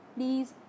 Please